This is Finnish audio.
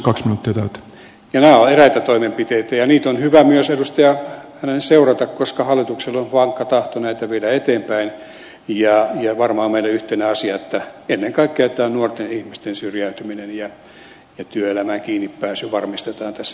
nämä ovat eräitä toimenpiteitä ja niitä on hyvä myös edustajan seurata koska hallituksella on vankka tahto näitä viedä eteenpäin ja varmaan on meille yhteinen asia että ennen kaikkea nuorten ihmisten syrjäytyminen estetään ja työelämään kiinni pääseminen varmistetaan tässä yhteiskunnassa